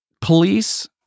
Police